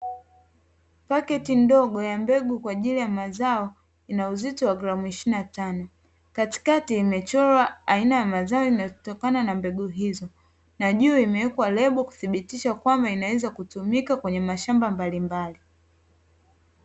Pakiti ndogo ya mbegu kwa ajili ya mazao ina uzito wa gramu ishirini na tano, katikati imechorwa aina ya mazao yanayotokana na mbegu hizo, na juu imewekwa lebo kuthibitisha kwamba inaweza kutumika kwenye mashamba mbalimbali.